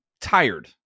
tired